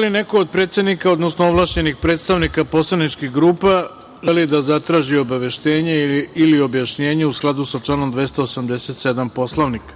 li neko od predsednika, odnosno ovlašćenih predstavnika poslaničkih grupa želi da zatraži obaveštenje ili objašnjenje u skladu sa članom 287. Poslovnika?